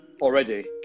already